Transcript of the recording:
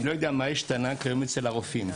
אני לא יודע מה השתנה כיום אצל הרופאים.